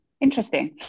Interesting